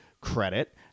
credit